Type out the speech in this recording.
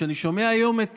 אני שומע היום את